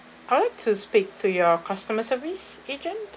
I would like to speak to your customer service agent